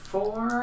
Four